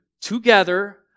together